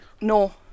No